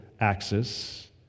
axis